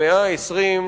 במאה ה-20,